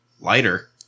lighter